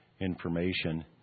information